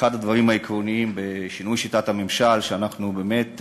אחד הדברים העקרוניים בשינוי שיטת הממשל הוא שאנחנו באמת,